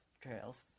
trails